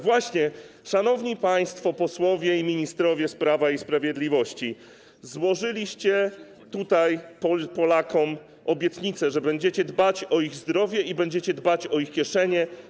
Właśnie, szanowni państwo posłowie i ministrowie z Prawa i Sprawiedliwości, złożyliście tutaj Polakom obietnicę, że będziecie dbać o ich zdrowie i będziecie dbać o ich kieszenie.